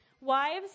Wives